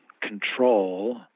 control